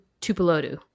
Tupelodu